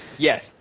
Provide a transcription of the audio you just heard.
Yes